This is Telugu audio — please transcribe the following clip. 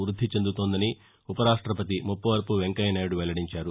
వృద్ది చెందుతోందని ఉవ రాష్టవతి ముప్పవరపు వెంకయ్యనాయుడు వెల్లడించారు